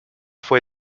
fue